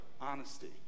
honesty